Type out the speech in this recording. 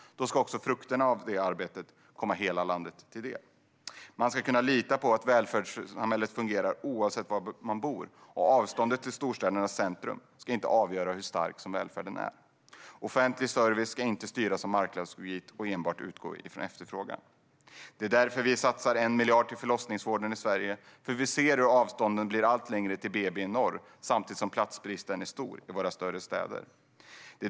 Då ska frukterna av detta arbete också komma hela landet till del. Man ska kunna lita på att välfärdssamhället fungerar oavsett var man bor, och avståndet till storstädernas centrum ska inte avgöra hur stark välfärden är. Offentlig service ska inte styras av marknadslogik och enbart utgå från efterfrågan. Därför satsar vi 1 miljard på förlossningsvården i Sverige, för vi ser hur avstånden till BB blir allt längre i norr samtidigt som platsbristen är stor i våra större städer.